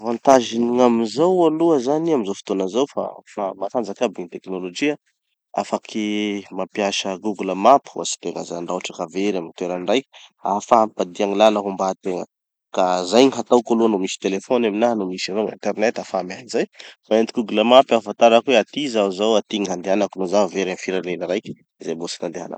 Avantage-ny gn'amizao aloha zany amizao fotoana zao fa fa matanjaky aby gny teknolojia, afaky mampiasa google map ohatsy tegna zany raha ohatsy ka very amy toera raiky, hahafa mipadia gny lala hombategna. Ka zay gny hataoko aloha no misy telephone aminaha no misy avao gn'internet hahafaha miahy anizay. Magnenty google map hahafantarako hoe aty zaho zao aty gny handehanako no zaho very amy firenena raiky zay mbo tsy nandehanako.